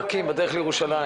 פקקים בדרך לירושלים.